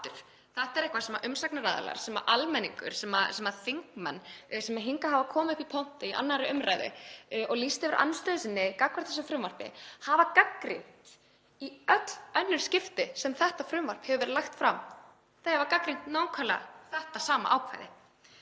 Þetta er eitthvað sem umsagnaraðilar, almenningur og þingmenn, sem hafa komið upp í pontu í 2. umr. og lýst yfir andstöðu sinni gagnvart þessu frumvarpi, hafa gagnrýnt í öll önnur skipti sem þetta frumvarp hefur verið lagt fram. Þau hafa gagnrýnt nákvæmlega þetta sama ákvæði.